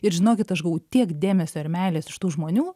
ir žinokit aš gavau tiek dėmesio ir meilės iš tų žmonių